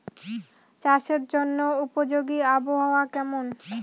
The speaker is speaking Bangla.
চাষের জন্য উপযোগী আবহাওয়া কেমন?